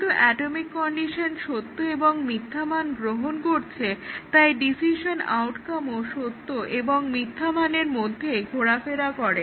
যেহেতু atomic condition সত্য এবং মিথ্যা মান গ্রহণ করছে তাই ডিসিশন আউটকামও সত্য এবং মিথ্যা মানের মধ্যে ঘোরাফেরা করে